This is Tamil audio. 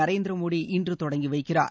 நரேந்திர மோடி இன்று தொடங்கி வைக்கிறார்